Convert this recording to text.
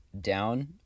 down